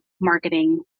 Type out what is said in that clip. marketing